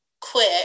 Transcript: quit